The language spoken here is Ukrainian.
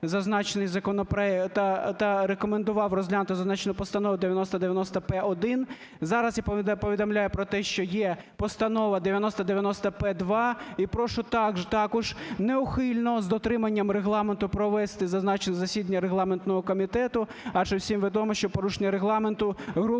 зазначений законопроект, та рекомендував розглянути зазначену Постанову 9090-П1. Зараз я повідомляю про те, що є Постанова 9090-П2, і прошу також неухильно з дотриманням Регламенту провести зазначене засідання Регламентного комітету, адже всім відомо, що порушення Регламенту грубо